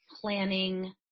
planning